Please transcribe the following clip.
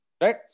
Right